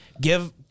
give